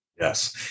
Yes